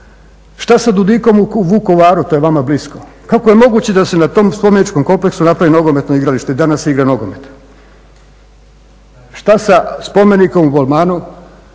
Šta sa Dudikom u Vukovaru, to je vama blisko. Kako je moguće da se na tom spomeničkom kompleksu napravi nogometno igralište i danas se igra nogomet. Šta sa spomenikom u …